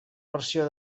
versió